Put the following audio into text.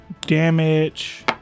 Damage